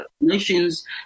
nations